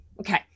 okay